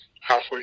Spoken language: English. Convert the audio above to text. halfway